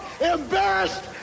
embarrassed